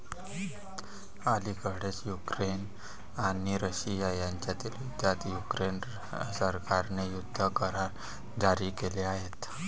अलिकडेच युक्रेन आणि रशिया यांच्यातील युद्धात युक्रेन सरकारने युद्ध करार जारी केले आहेत